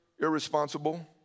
irresponsible